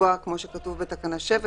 לקבוע כמו שכתוב בתקנה 7,